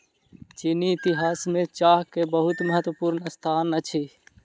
चीनी इतिहास में चाह के बहुत महत्वपूर्ण स्थान अछि